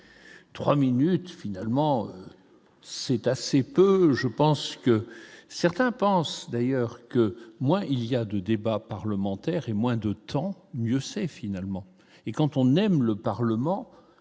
3 minutes, finalement, c'est assez peu, je pense que certains pensent d'ailleurs que moi, il y a du débat parlementaire et moins de temps, mieux c'est, finalement, et quand on aime le Parlement,